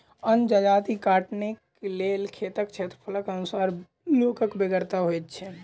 अन्न जजाति कटनीक लेल खेतक क्षेत्रफलक अनुसार लोकक बेगरता होइत छै